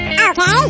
Okay